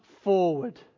forward